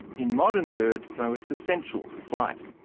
in modern birds though it's essential for flight.